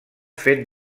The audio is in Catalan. fent